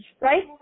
Right